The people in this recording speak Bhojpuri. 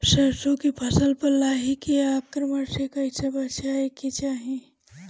सरसो के फसल पर लाही के आक्रमण से कईसे बचावे के चाही?